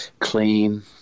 clean